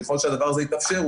ככל שהדבר הזה יתאפשר,